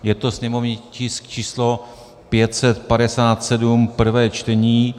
Je to sněmovní tisk číslo 557, prvé čtení.